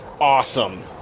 Awesome